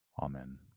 Amen